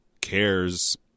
cares